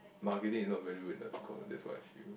marketing is not very good in the course that's what I feel